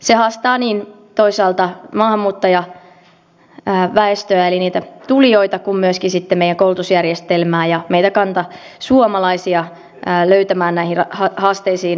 se haastaa toisaalta maahanmuuttajaväestöä eli niitä tulijoita kuin myöskin sitten meidän koulutusjärjestelmäämme ja meitä kantasuomalaisia löytämään näihin haasteisiin ratkaisuja